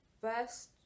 first